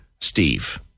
Steve